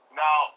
now